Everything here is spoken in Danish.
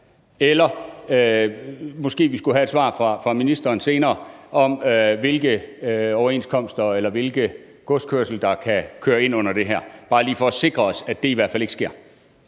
her? Måske vi skulle have et svar fra ministeren senere, i forhold til hvilke overenskomster det er, eller i forhold til hvilken godskørsel der kan køre ind under det her. Det er bare lige for at sikre os, at det i hvert fald ikke sker.